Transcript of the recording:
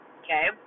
okay